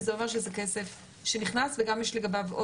וזה אומר שזה כסף שנכנס וגם יש לגביו או